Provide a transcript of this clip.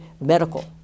medical